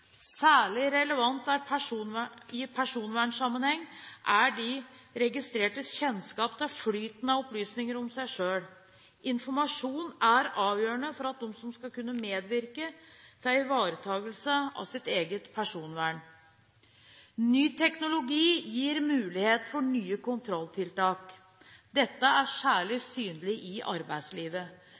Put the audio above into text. Særlig relevant i personvernsammenheng er de registrertes kjennskap til flyten av opplysninger om seg selv. Informasjon er avgjørende for at de skal kunne medvirke til ivaretakelse av eget personvern. Ny teknologi gir mulighet for nye kontrolltiltak. Dette er særlig synlig i arbeidslivet.